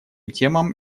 темам